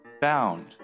bound